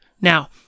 now